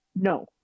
no